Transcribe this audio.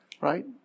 right